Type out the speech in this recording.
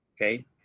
okay